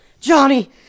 Johnny